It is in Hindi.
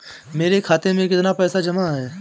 मेरे खाता में कितनी पैसे जमा हैं?